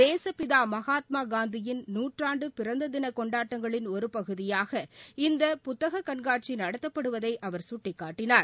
தேசப்பிதா மகாத்மாகாந்தியின் நூற்றாண்டு பிறந்த தின கொண்டாட்டங்களின் ஒரு பகுதியாக இந்த புத்தக கண்காட்சி நடத்தப்படுவதை அவர் சுட்டிக்காட்டினார்